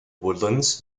woodlands